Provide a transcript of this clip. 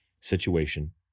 situation